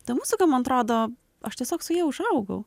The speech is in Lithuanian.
ta muzika man atrodo aš tiesiog su ja užaugau